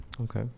Okay